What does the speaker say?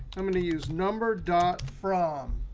i'm going to use number dot from.